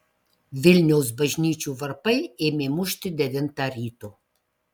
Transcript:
vilniaus bažnyčių varpai ėmė mušti devintą ryto